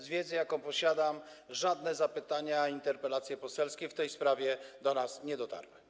Z wiedzy, jaką posiadam, wynika, że żadne zapytania czy interpelacje poselskie w tej sprawie do nas nie dotarły.